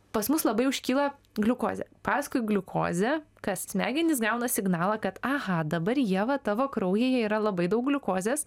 pas mus labai užkyla gliukozė paskui gliukozę kas smegenys gauna signalą kad aha dabar ieva tavo kraujyje yra labai daug gliukozės